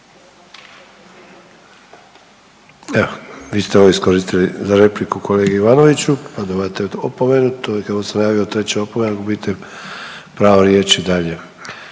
Evo, vi ste ovo iskoristili za repliku kolegi Ivanoviću, dobivate opomenu, to je, kako sam najavio, 3. opomena, gubite pravo riječi dalje.